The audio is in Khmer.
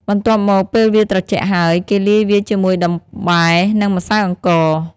បន្ទាប់មកពេលវាត្រជាក់ហើយ គេលាយវាជាមួយដំបែ និងម្សៅអង្ករ។